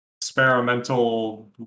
experimental